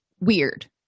weird